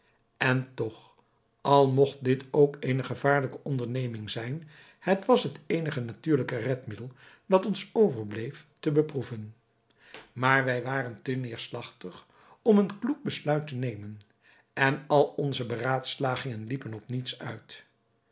en toch al mogt dit ook eene gevaarlijke onderneming zijn het was het eenige natuurlijke redmiddel dat ons overbleef te beproeven maar wij waren te neêrslagtig om een kloek besluit te nemen en al onze beraadslagingen liepen op niets uit